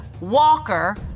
Walker